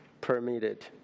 permitted